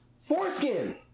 foreskin